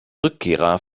rückkehrer